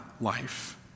life